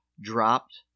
dropped